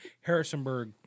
Harrisonburg